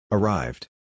Arrived